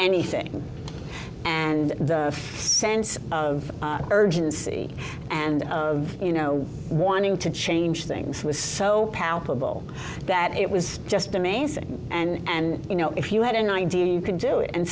anything and the sense of urgency and you know wanting to change things was so palpable that it was just amazing and you know if you had an idea you could do it and